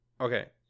okay